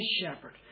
shepherd